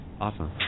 Awesome